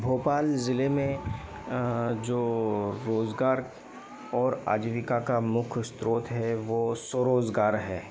भोपाल जिले में जो रोजगार और आजीविका का मुख्य स्रोत है वो स्वरोजगार है